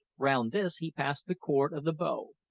round this he passed the cord of the bow,